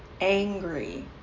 angry